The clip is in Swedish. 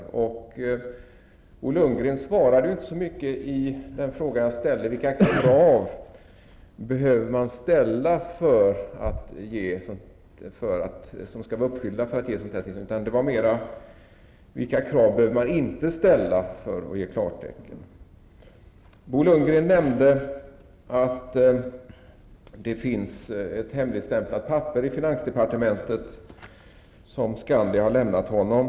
Bo Lundgren svarade inte direkt på vilka krav som skall vara uppfyllda för att ett sådant här tillstånd skall ges, utan han talade mer om vilka krav som man inte behöver ställa innan man ger klartecken. Bo Lundgren nämnde att det i finansdepartementet finns ett hemligstämplat papper som Skandia har lämnat honom.